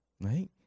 right